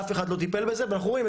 אף אחד לא טיפל בזה ואנחנו רואים,